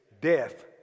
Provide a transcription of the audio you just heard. death